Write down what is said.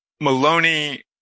Maloney